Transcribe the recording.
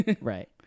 Right